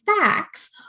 facts